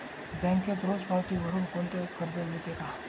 बँकेत रोज पावती भरुन कोणते कर्ज मिळते का?